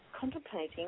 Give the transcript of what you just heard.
contemplating